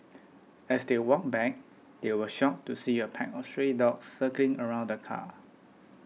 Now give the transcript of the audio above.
as they walked back they were shocked to see a pack of stray dogs circling around the car